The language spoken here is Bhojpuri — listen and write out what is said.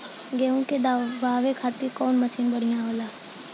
गेहूँ के दवावे खातिर कउन मशीन बढ़िया होला?